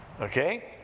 Okay